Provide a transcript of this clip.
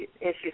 issues